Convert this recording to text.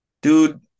dude